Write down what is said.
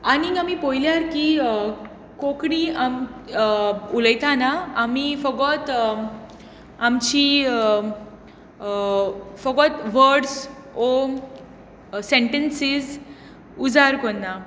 आनी आमी पळयल्यार की कोंकणी उलयतना आमी फकत आमची फकत वर्ड्स ओर सँटेंसिज उजार करना